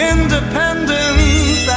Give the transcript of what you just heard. Independent